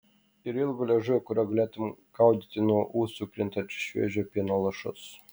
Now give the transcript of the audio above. ir ilgo liežuvio kuriuo galėtų gaudyti nuo ūsų krintančius šviežio pieno lašus